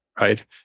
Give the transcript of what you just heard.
right